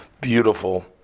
beautiful